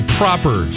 proper